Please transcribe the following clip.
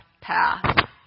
path